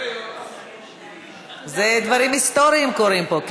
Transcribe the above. דברים היסטוריים קורים פה.